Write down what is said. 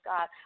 God